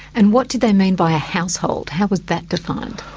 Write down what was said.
and what did they mean by a household? how was that defined?